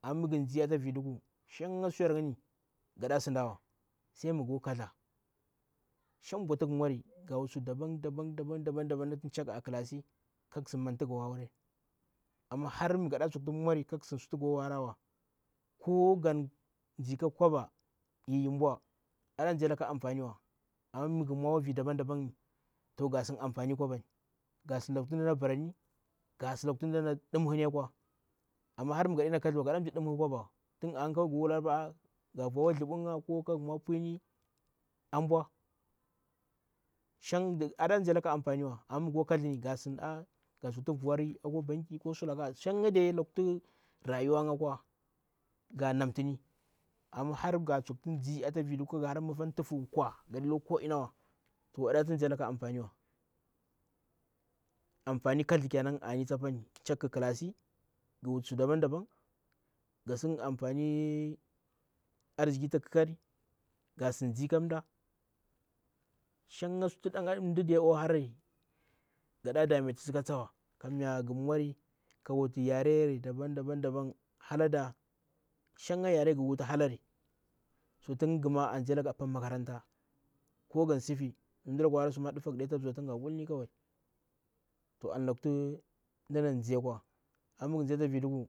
Amma mighu ndzi ata vi dugu suyerngni gaɗa sidawa sai mi go kathdla shan viti ghu mwari gawut su daban daban natu chagga a klasi kasim mantu go harari amma har mmiga kaghu manti go harawa. Kogan ndze ka koba yiyi mbow andze ka anfaniwa. Amma mmighu mwa o vi daban daban ghasin anfanin kobani ga sin lanka ti mda na barani, ga sin laku ti mdana vim hini akwa; amma mi ga ɗena katthdla wa ga sim dim ha koba wa a wula pa garoko tzth poo nga, ko kara vi, ambwa aɗa ndze laga ka anfani wa, ko kra ndze ga tsokti vi ko kara vu akwa banki shanga de lakutu rayuwa nga akwa ga namtini amma ga tsokti ndzi atavi dugu gaɓi lungu wa gaɗi loo ko einawa a to anata ndze laga ka anfaniwa. Anfani katthda kenan ani ta pani chaga khi klasi ghi wuti su daban daban, gasidi anfanin arizi tu ga kukari; ga sin ndzi kam mda shanga gaɗa dame tisi kamduwa kammya thu mwari ka wuti yare yare daban daban shanga yare ghu wu ti halari, so tin ghima a ndzi laga apa makaranta ko gansifi mi mdala ma akwa hawaga suna nɗufaga deta mbziwa tinga wulni kaway to an lakktu mda na ndzi akwa.